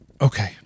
Okay